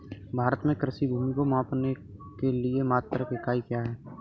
भारत में कृषि भूमि को मापने के लिए मात्रक या इकाई क्या है?